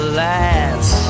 last